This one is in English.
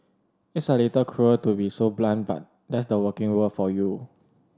it's a little cruel to be so blunt but that's the working world for you